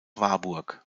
warburg